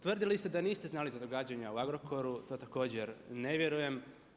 Tvrdili ste da niste znali za događanja u Agrokoru, to također ne vjerujem.